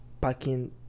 packing